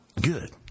Good